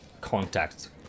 contact